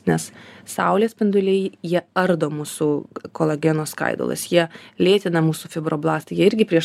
nes saulės spinduliai jie ardo mūsų kolageno skaidulas jie lėtina mūsų fibroblastą jie irgi prieš